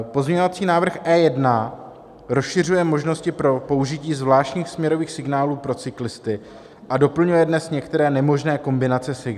Pozměňovací návrh E1 rozšiřuje možnosti pro použití zvláštních směrových signálů pro cyklisty a doplňuje dnes některé nemožné kombinace signálů.